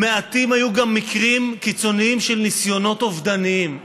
היו גם מקרים קיצוניים מעטים של ניסיונות אובדניים,